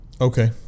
Okay